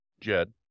Jed